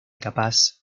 capaz